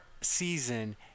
season